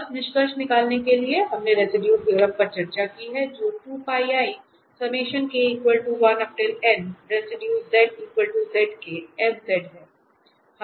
बस निष्कर्ष निकालने के लिए हमने रेसिडुए थ्योरम पर चर्चा की है जो है